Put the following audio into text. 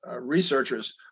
researchers